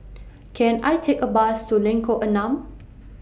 Can I Take A Bus to Lengkok Enam